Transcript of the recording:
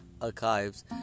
archives